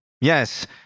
yes